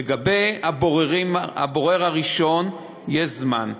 לגבי הבורר הראשון יש זמן,